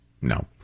no